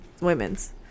women's